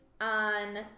on